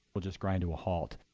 will just grind to a halt,